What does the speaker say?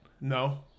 No